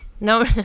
no